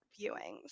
viewings